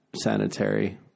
sanitary